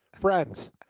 Friends